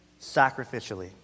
sacrificially